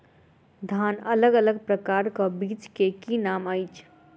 धान अलग अलग प्रकारक बीज केँ की नाम अछि?